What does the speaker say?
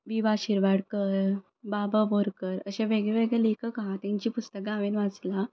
विवा शिरवाडकर बा भ बोरकर अशे वेगवेगळे लेखक आसा तेंची पुस्तकां हांवें वाचलां